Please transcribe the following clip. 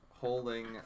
holding